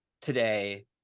today